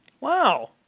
Wow